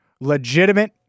legitimate